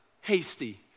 hasty